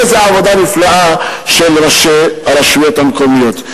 איזה עבודה נפלאה של ראשי הרשויות המקומיות.